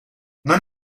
non